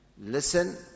Listen